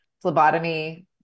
phlebotomy